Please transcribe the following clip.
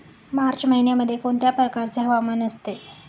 मार्च महिन्यामध्ये कोणत्या प्रकारचे हवामान असते?